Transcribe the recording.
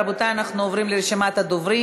רבותי, אנחנו עוברים לרשימת הדוברים.